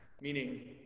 meaning